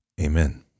Amen